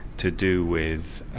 to do with